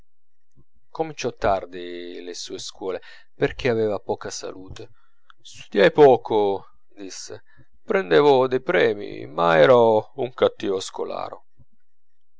cominciò tardi le sue scuole perchè aveva poca salute studiai poco disse prendevo dei premi ma ero un cattivo scolaro